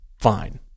fine